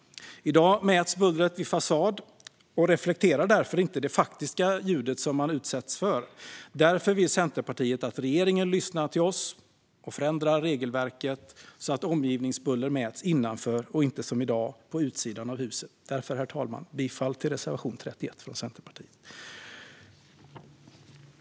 I dag mäts bullret vid fasad och reflekterar därför inte det faktiska ljudet som man utsätts för. Därför vill Centerpartiet att regeringen lyssnar till oss och förändrar regelverket, så att omgivningsbuller mäts på insidan av huset och inte som i dag på utsidan av huset. Därför yrkar jag bifall till reservation 31 från Centerpartiet.